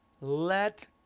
let